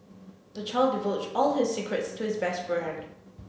the child divulged all his secrets to his best friend